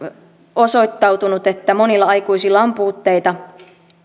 osoittautunut että monilla aikuisilla on puutteita